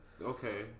Okay